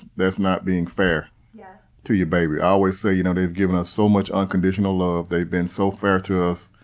that's not being fair yeah to your baby. i always say you know they've given us so much unconditional love, they've been so fair to us.